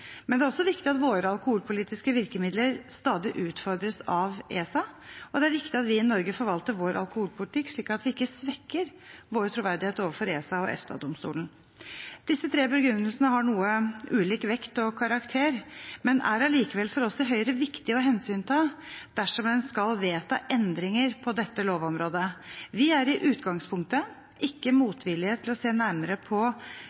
Men det er også viktig at våre alkoholpolitiske virkemidler stadig utfordres av ESA. Det er viktig at vi i Norge forvalter vår alkoholpolitikk slik at vi ikke svekker vår troverdighet overfor ESA og EFTA-domstolen. Disse tre begrunnelsene har noe ulik vekt og karakter, men er allikevel for oss i Høyre viktige å ta hensyn til dersom en skal vedta endringer på dette lovområdet. Vi er i utgangspunktet ikke motvillige til å se nærmere på